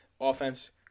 Offense